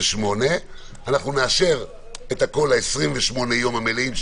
אנחנו נאשר את הכול ל-28 יום המלאים,